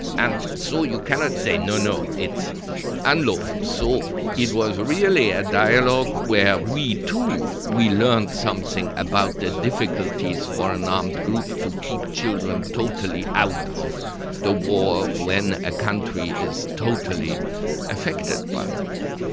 and so you cannot say no no it's unlawful. so it was really a dialogue where we too learned something about the difficulties for an armed group to keep children totally out of the war when a country is totally affected by a war.